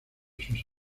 sus